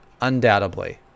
Undoubtedly